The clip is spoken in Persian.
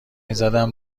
زدم